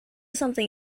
something